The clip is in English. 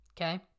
okay